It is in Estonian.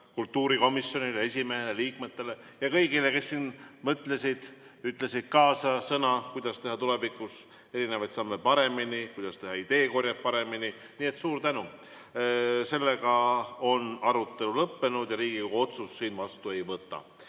kultuurikomisjonile, esimehele, liikmetele ja kõigile, kes siin mõtlesid, ütlesid kaasa sõna, kuidas teha tulevikus erinevaid samme paremini, kuidas teha ideekorjet paremini! Nii et suur tänu! Arutelu on lõppenud ja Riigikogu otsust siin vastu ei võta.